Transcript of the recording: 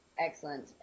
Excellent